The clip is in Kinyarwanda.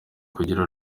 kugira